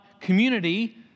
community